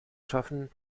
schaffen